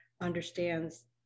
understands